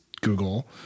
Google